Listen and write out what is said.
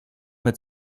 mit